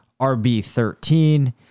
RB13